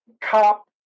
cop